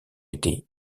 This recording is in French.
était